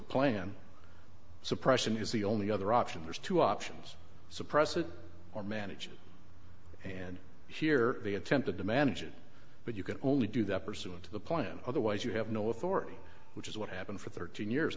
the plan suppression is the only other option there's two options suppress it or manage it and here they attempted to manage it but you can only do that pursuant to the plan otherwise you have no authority which is what happened for thirteen years